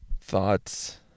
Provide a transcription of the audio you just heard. Thoughts